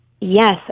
yes